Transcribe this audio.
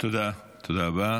תודה רבה.